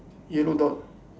yellow dot